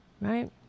right